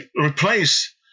replace